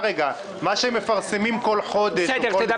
מה שמפרסמים בכל חודש זה 12 חודשים אחורה.